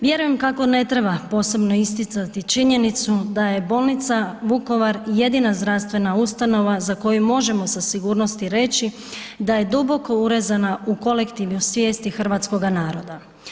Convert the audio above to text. Vjerujem kako ne treba posebno isticati činjenicu da je bolnica Vukovar jedina zdravstvena ustanova za koju možemo sa sigurnosti reći da je duboko urezana u kolektivnu svijesti hrvatskoga naroda.